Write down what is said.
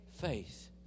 faith